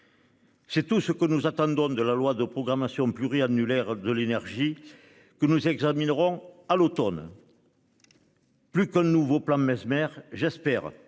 C'est tout ce que nous attendons de la loi de programmation pluri-annulaire de l'énergie, que nous examinerons à l'Automne. Plus qu'un nouveau plan Messmer, j'espère